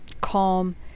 calm